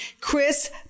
Chris